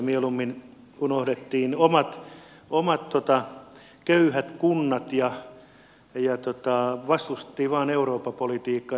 mieluummin unohdettiin omat köyhät kunnat ja vastustettiin vain eurooppa politiikkaa